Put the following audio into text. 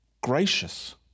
gracious